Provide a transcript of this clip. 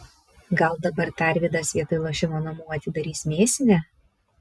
gal dabar tarvydas vietoj lošimo namų atidarys mėsinę